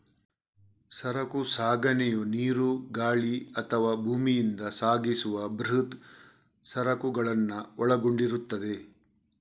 ಸರಕು ಸಾಗಣೆಯು ನೀರು, ಗಾಳಿ ಅಥವಾ ಭೂಮಿಯಿಂದ ಸಾಗಿಸುವ ಬೃಹತ್ ಸರಕುಗಳನ್ನು ಒಳಗೊಂಡಿರುತ್ತದೆ